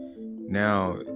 now